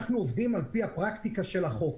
אנחנו עובדים על פי הפרקטיקה של החוק.